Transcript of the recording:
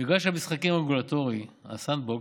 מגרש המשחקים הרגולטורי, ה-sandbox,